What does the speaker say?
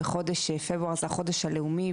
בחודש פברואר זה החודש הלאומי,